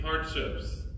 hardships